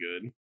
good